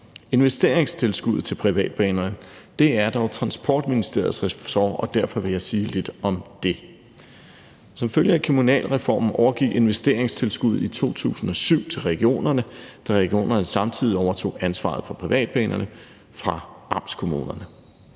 Investeringstilskuddet til privatbanerne er dog Transportministeriets ressort, og derfor vil jeg sige lidt om det. Som følge af kommunalreformen overgik investeringstilskuddet i 2007 til regionerne, da regionerne samtidig overtog ansvaret for privatbanerne fra amtskommunerne.